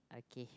okay